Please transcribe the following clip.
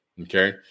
Okay